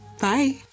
Bye